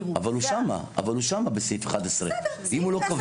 אבל הוא שם בסעיף 11. אם הוא לא קובע,